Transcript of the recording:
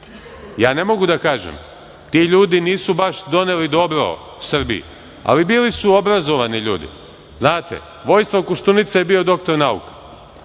ja ne mogu da kažem, ti ljudi nisu baš doneli dobro Srbiji, ali bili su obrazovani ljudi, znate. Vojislav Koštunica je bio doktor nauka.